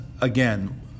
again